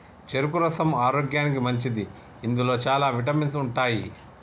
చెరుకు రసం ఆరోగ్యానికి మంచిది ఇందులో చాల విటమిన్స్ ఉంటాయి